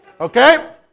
Okay